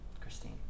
Christine